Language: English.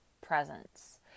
presence